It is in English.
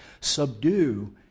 Subdue